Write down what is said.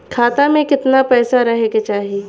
खाता में कितना पैसा रहे के चाही?